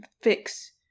fix